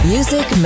Music